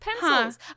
Pencils